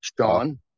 Sean